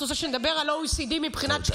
את רוצה שנדבר על ה-OECD מבחינת שקיפות,